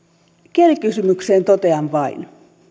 kielikysymykseen totean vain